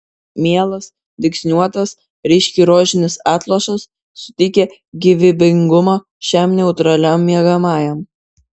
mielas dygsniuotas ryškiai rožinis atlošas suteikia gyvybingumo šiam neutraliam miegamajam